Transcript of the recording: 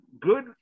Good